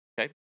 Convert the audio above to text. Okay